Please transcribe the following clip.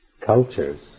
cultures